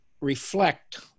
reflect